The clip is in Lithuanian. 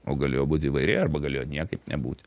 o galėjo būt įvairiai arba galėjo niekaip nebūti